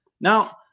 Now